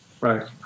Right